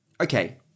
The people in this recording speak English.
okay